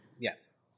Yes